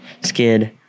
skid